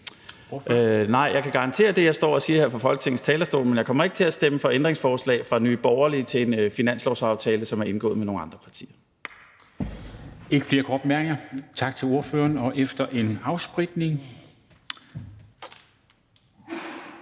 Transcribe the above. Nej, jeg kan garantere det, jeg står og siger her på Folketingets talerstol, men jeg kommer ikke til at stemme for ændringsforslag fra Nye Borgerlige til en finanslovsaftale, som er indgået med nogle andre partier.